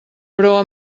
però